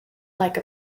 like